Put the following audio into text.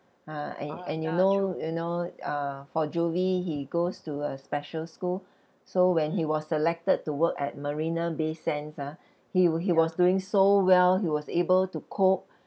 uh and and you know you know uh for jovie he goes to a special school so when he was selected to work at marina bay sands ah he w~ he was doing so well he was able to cope